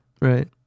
Right